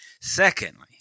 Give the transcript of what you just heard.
Secondly